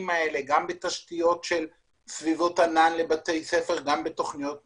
האלה גם בתשתיות של סביבות ענן לבתי ספר וגם בתכניות ניהול.